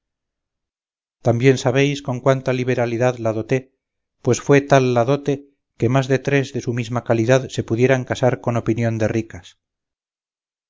también sabéis con cuánta liberalidad la doté pues fue tal la dote que más de tres de su misma calidad se pudieran casar con opinión de ricas